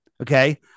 Okay